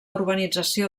urbanització